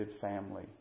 family